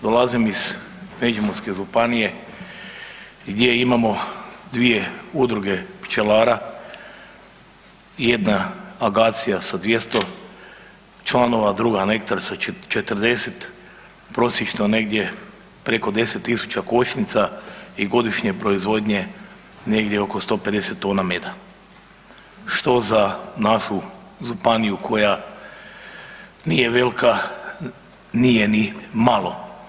Dolazim iz Međimurske županije gdje imamo dvije udruge pčelara i jedna „Agacija“ sa 200 članova, druga „Nektar“ sa 40, prosječno negdje preko 10.000 košnica i godišnje proizvodnje negdje oko 150 tona meda, što za našu županiju koja nije velka, nije ni malo.